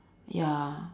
ya